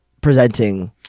presenting